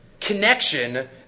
connection